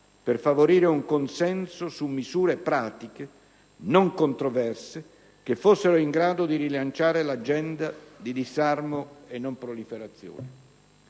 per favorire un consenso su misure pratiche, non controverse, che fossero in grado di rilanciare l'agenda di disarmo e non proliferazione.